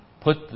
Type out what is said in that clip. put